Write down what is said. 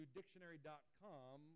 dictionary.com